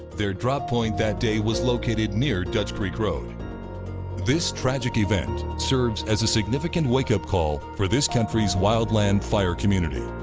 their drop point that day was located near dutch creek road this tragic event serves as a significant wake-up call for this country's wildland fire community.